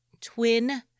twin